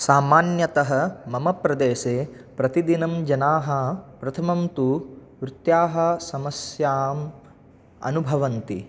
सामान्यतः मम प्रदेशे प्रतिदिनं जनाः प्रथमं तु वृत्त्याः समस्याम् अनुभवन्ति